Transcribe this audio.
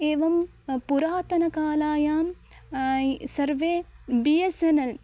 एवं पुरातनकालायां सर्वे बी एस् एन् एल्